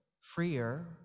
freer